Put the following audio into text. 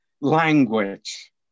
language